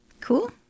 Cool